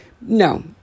No